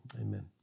amen